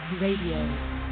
Radio